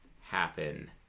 happen